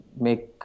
make